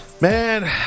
Man